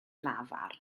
lafar